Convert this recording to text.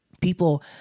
people